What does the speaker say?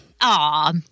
Aw